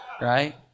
right